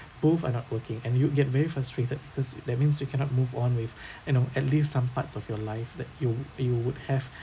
both are not working and you'd get very frustrated because that means you cannot move on with you know at least some parts of your life that you you would have